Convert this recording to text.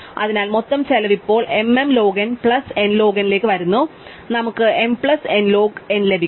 അതിനാൽ മൊത്തം ചെലവ് ഇപ്പോൾ m m log n plus n log n ലേക്ക് വരുന്നു അതിനാൽ നമുക്ക് m plus n log n ലഭിക്കും